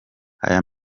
aya